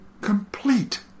complete